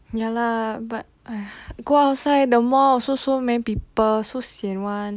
ya lah but !aiya! go outside the mall also so many people so sian [one]